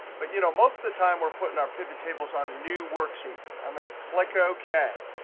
but, you know, most of the time we're putting our pivottables on a new worksheet. i'm going to click ok.